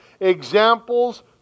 examples